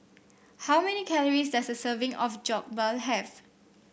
how many calories does a serving of Jokbal have